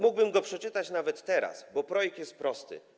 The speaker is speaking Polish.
Mógłbym go przeczytać nawet teraz, bo projekt jest prosty.